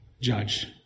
judge